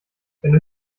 wenn